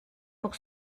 pour